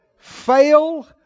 Fail